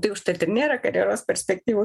tai užtat ir nėra karjeros perspektyvų